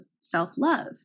self-love